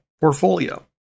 portfolio